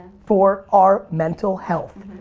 for our mental health.